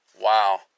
Wow